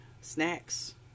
Snacks